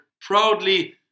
proudly